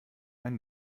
ein